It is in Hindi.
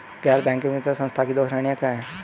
गैर बैंकिंग वित्तीय संस्थानों की दो श्रेणियाँ क्या हैं?